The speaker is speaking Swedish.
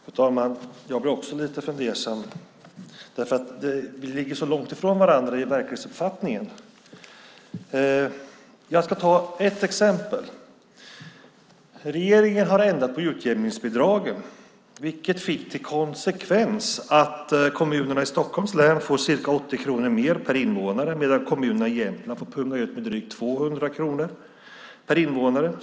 Fru talman! Jag blir också lite fundersam, därför att vi ligger så långt ifrån varandra i verklighetsuppfattning. Jag ska ta ett exempel. Regeringen har ändrat på utjämningsbidragen, vilket fått till konsekvens att kommunerna i Stockholms län får ca 80 kronor mer per invånare, medan kommunerna i Jämtland får punga ut med drygt 200 kronor per invånare.